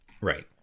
right